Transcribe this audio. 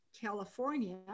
California